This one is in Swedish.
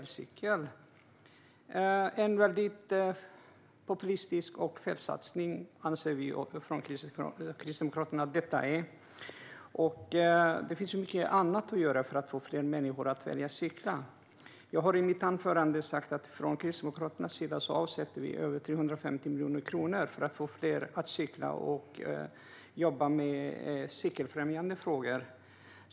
Det är en väldigt populistisk och felaktig satsning, anser vi från Kristdemokraterna. Det finns mycket annat att göra för att få fler människor att välja att cykla. Jag sa i mitt anförande att från Kristdemokraternas sida avsätter vi över 350 miljoner kronor för att få fler att cykla och för att jobba med cykelfrämjande frågor.